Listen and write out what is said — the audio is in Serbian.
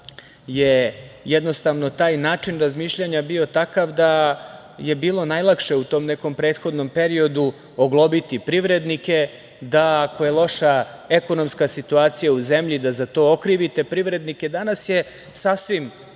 je jednostavno taj način razmišljanja bio takav da je bilo najlakše u tom nekom prethodnom periodu oglobiti privrednike, da ako je loša ekonomska situacija u zemlji da za to okrivite privrednike. Danas je sasvim